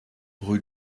rue